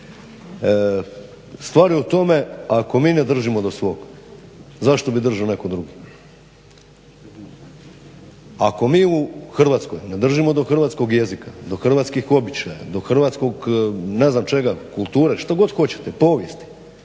Stvar je u tome ako mi ne držimo do svog, zašto bi držao netko drugi. Ako mi u Hrvatskoj ne držimo do hrvatskog jezika, do hrvatskih običaja, do hrvatskog ne znam čega, kulture, što god hoćete, povijesti,